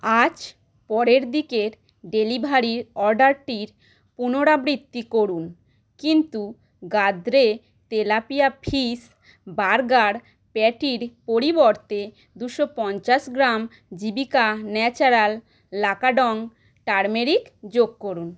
আজ পরের দিকের ডেলিভারির অর্ডারটির পুনরাবৃত্তি করুন কিন্তু গাদ্রে তেলাপিয়া ফিশ বার্গার প্যাটির পরিবর্তে দুশো পঞ্চাশ gram Jeevika natural Lakadong turmeric যোগ করুন